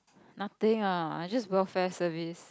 nothing ah I just welfare service